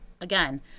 Again